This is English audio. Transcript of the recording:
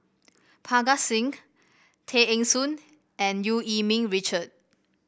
Parga Singh Tay Eng Soon and Eu Yee Ming Richard